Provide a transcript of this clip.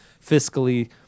fiscally